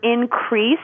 increase